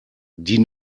die